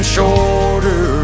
Shorter